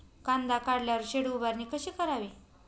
कांदा काढल्यावर शेड उभारणी कशी करावी?